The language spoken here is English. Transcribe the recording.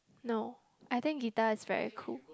no I think guitar is very cool